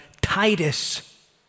Titus